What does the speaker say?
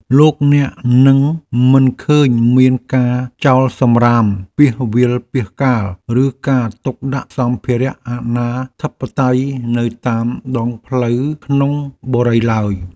លោកអ្នកនឹងមិនឃើញមានការចោលសំរាមពាសវាលពាសកាលឬការទុកដាក់សម្ភារៈអនាធិបតេយ្យនៅតាមដងផ្លូវក្នុងបុរីឡើយ។